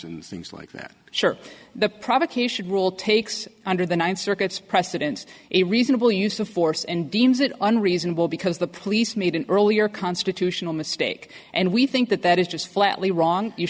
and things like that sure the provocation rule takes under the ninth circuit's precedence a reasonable use of force and deems it unreasonable because the police made an earlier constitutional mistake and we think that that is just flatly wrong you